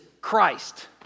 Christ